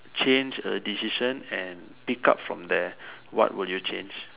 change a decision and pick up from there what will you change